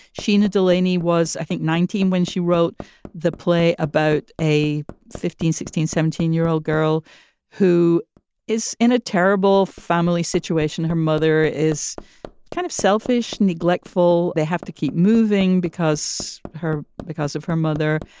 sheena delaney was, i think, nineteen when she wrote the play about a fifteen, sixteen, seventeen year old girl who is in a terrible family situation. her mother is kind of selfish, neglectful. they have to keep moving because her because of her mother.